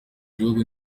gihugu